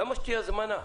למה שתהיה הזמנה?